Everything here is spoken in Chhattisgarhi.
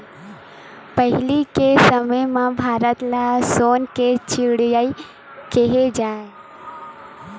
पहिली के समे म भारत ल सोन के चिरई केहे जाए